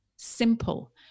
simple